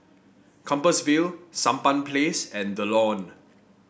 Compassvale Sampan Place and The Lawn